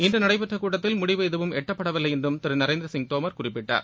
இன்று நடைபெற்ற கூட்டத்தில் முடிவு எதுவும் எட்டப்படவில்லை என்றும் திரு நரேந்திரசிங் தோமர் குறிப்பிட்டார்